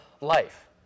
life